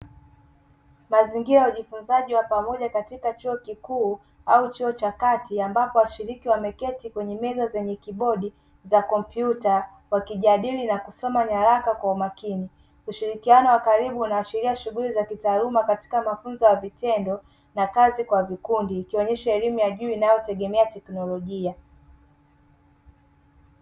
Mazingira ya ujifunzaji wa pamoja katika chuo kikuu au chuo cha kati, ambapo washiriki wameketi kwenye meza zenye "keyboard" za kompyuta; wakijadili na kusoma nyaraka kwa makini. Ushirikiano wa karibu unaashiria shughuli za kitaaluma katika mafunzo ya vitendo na kazi kwa vikundi; ikionyesha elimu ya juu inayotegemea teknolojia.